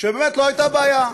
שבאמת לא הייתה בעיה.